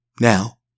Now